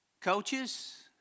Coaches